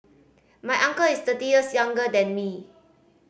my uncle is thirty years younger than me